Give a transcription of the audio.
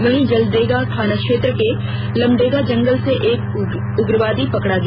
वहीं जलडेगा थाना क्षेत्र के लमडेगा जंगल से एक उग्रवादी पकड़ा गया